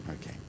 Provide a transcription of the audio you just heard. okay